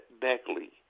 Beckley